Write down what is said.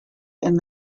and